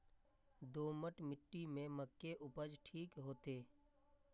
दोमट मिट्टी में मक्के उपज ठीक होते?